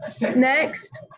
Next